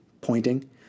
pointing